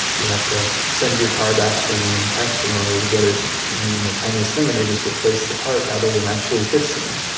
you have to send your car back to the manufacturer in order to get it even the tiniest thing, and they just replace the part rather than actually fixing it.